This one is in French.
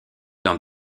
dans